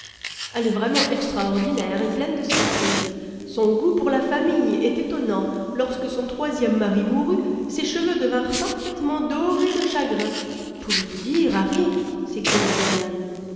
elle est vraiment extraordinaire et pleine de surprises son goût pour la famille en français dans le texte est étonnant lorsque son troisième mari mourut ses cheveux devinrent parfaitement dorés de chagrin pouvez-vous dire harry s'écria dorian